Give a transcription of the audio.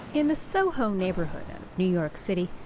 in the soho neighborhood of new york city,